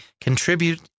contribute